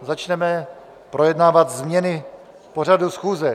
Začneme projednávat změny pořadu schůze.